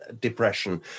depression